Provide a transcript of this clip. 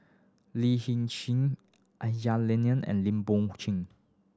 Lin Hsin Sin Aisyah Lyana and Lim Bon Chen